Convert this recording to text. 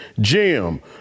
Jim